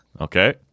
okay